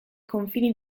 confini